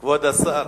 כבוד השר,